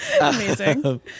Amazing